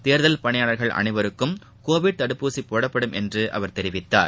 தேர்தல் பணியாளர்கள் அனைவருக்கும் கோவிட் தடுப்பூசி போடப்படும் என்று அவர் தெரிவித்தார்